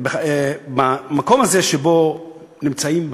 במקום הזה שבו נמצאים,